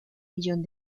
millón